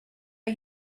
are